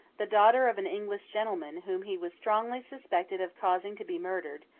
the daughter of an english gentleman, whom he was strongly suspected of causing to be murdered,